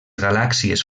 galàxies